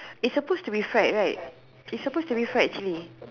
it's supposed to be fried right it's supposed to be fried actually